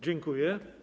Dziękuję.